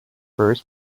first